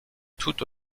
toute